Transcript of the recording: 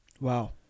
Wow